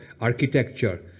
architecture